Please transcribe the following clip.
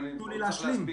אני רוצה להשלים